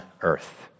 earth